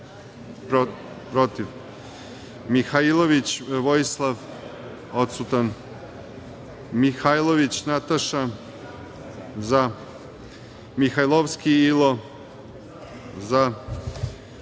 protiv; Mihailović Vojislav – odsutan; Mihajlović Nataša – za; Mihajlovski Ilo –